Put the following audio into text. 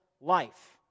life